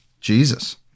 Jesus